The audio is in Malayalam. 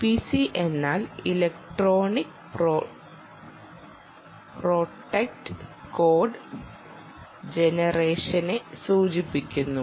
ഇപിസി എന്നാൽ ഇലക്ട്രോണിക് പ്രോടക്ട് കോഡ് ജെനറേഷനെ സൂചിപ്പിക്കുന്നു